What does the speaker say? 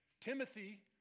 Timothy